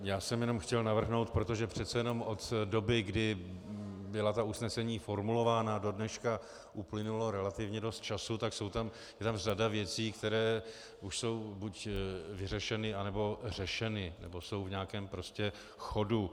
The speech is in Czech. Já jsem jenom chtěl navrhnout, protože přece jenom od doby, kdy byla ta usnesení formulována, do dneška, uplynulo relativně dost času, tak je tam řada věcí, které už jsou buď vyřešeny, nebo řešeny, nebo jsou prostě v chodu.